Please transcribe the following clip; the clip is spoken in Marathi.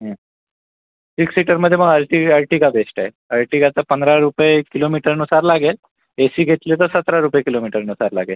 हो सिक्स सिटरमध्ये पहा आर्टिगा आर्टिगा बेस्ट आहे आर्टिकाचा पंधरा रुपये किलोमीटरनुसार लागेल एसी घेतली तर सतरा रुपये किलोमीटरनुसार लागेल